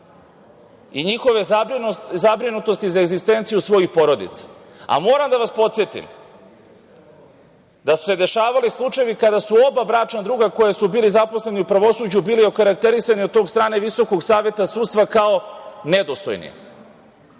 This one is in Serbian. i njihove zabrinutosti za egzistenciju svojih porodica. Moram da vas podsetim da su se dešavali slučajevi kada su oba bračna druga koji su bili zaposleni u pravosuđu bili okarakterisani od strane VSS kao nedostojni.